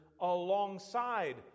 alongside